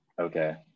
Okay